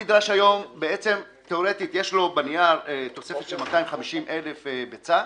תיאורטית, יש לו בנייר תוספת של 250,000 ביצה.